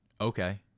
Okay